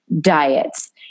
diets